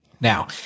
Now